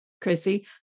Chrissy